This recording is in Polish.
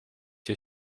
się